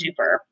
duper